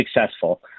successful